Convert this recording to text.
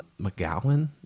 McGowan